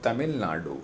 Tamil Nadu